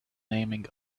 naming